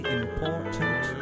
important